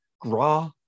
Gra